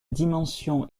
dimension